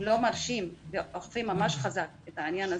אם לא מרשים ואוכפים ממש חזק את העניין הזה,